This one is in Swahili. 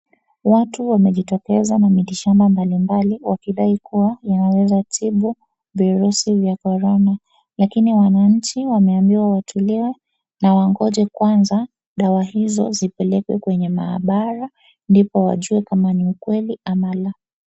Watu wamejitokeza na mitishamba mbalimbali wakidai kuwa inaweza tibu virusi vya Corona. Lakini wananchi wameambiwa watulie na wagonje kwanza dawa hizo zipelekwe kwenye maabara ndipo wajue kama ni ukweli ama la.